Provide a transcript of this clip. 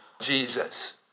Jesus